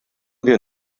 wir